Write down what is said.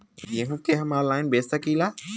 गेहूँ के हम ऑनलाइन बेंच सकी ला?